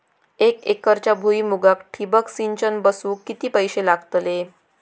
एक एकरच्या भुईमुगाक ठिबक सिंचन बसवूक किती पैशे लागतले?